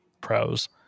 pros